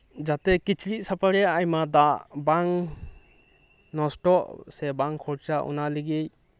ᱡᱟᱛᱮ ᱠᱤᱪᱨᱤᱡ ᱥᱟᱯᱷᱟ ᱨᱮᱭᱟᱜ ᱟᱭᱢᱟ ᱫᱟᱜ ᱵᱟᱝ ᱱᱚᱥᱴᱚᱜ ᱥᱮ ᱵᱟᱝ ᱠᱷᱚᱨᱪᱟᱜ ᱚᱱᱟ ᱞᱟᱹᱜᱤᱫ